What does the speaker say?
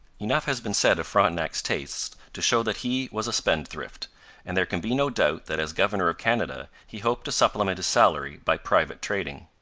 enough has been said of frontenac's tastes to show that he was a spendthrift and there can be no doubt that as governor of canada he hoped to supplement his salary by private trading.